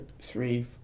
three